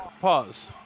Pause